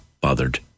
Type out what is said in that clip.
bothered